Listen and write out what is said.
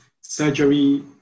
surgery